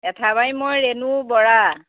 এঠাবাৰী মই ৰেণু বৰা